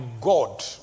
God